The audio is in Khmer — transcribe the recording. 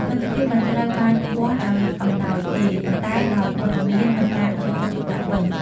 មិត្តភាពមិនត្រូវបានវាស់ដោយអំណោយទេ ប៉ុន្តែដោយវត្តមាន និងការយកចិត្តទុកដាក់វិញ។